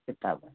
किताब